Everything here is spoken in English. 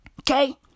Okay